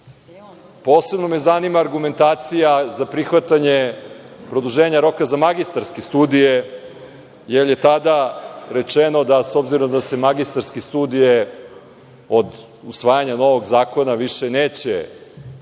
Posebno me zanima argumentacija za prihvatanje produženja roka za magistarske studije, jer je tada rečeno da, s obzirom da se magistarske studije od usvajanja novog zakona više neće